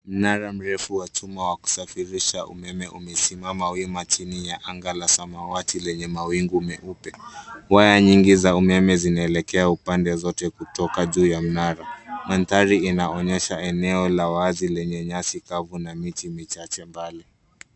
Mnara mrefu wa chuma wa kusafirisha umeme umesimama wima chini ya anga la samawati lenye mawingu meupe. Waya nyingi za umeme zinaeleka upande zote kutoka juu ya mnara. Mandhari inaonyesha eneo la wazi lenye nyasi kavu na miti michache mbali.